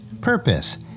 purpose